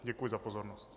Děkuji za pozornost.